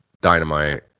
Dynamite